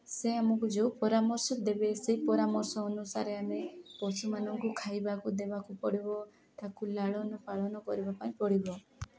ସେ ଆମକୁ ଯେଉଁ ପରାମର୍ଶ ଦେବେ ସେଇ ପରାମର୍ଶ ଅନୁସାରେ ଆମେ ପଶୁମାନଙ୍କୁ ଖାଇବାକୁ ଦେବାକୁ ପଡ଼ିବ ତାକୁ ଲାଳନ ପାଳନ କରିବା ପାଇଁ ପଡ଼ିବ